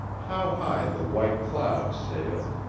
how high the white clouds sailed,